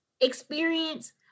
experience